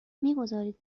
میگذارید